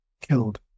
killed